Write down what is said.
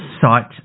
site